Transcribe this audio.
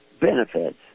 benefits